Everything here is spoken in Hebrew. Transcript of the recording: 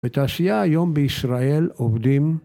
‫בתעשייה היום בישראל עובדים...